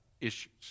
issues